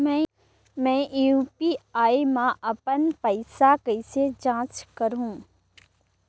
मैं यू.पी.आई मा अपन पइसा कइसे जांच करहु?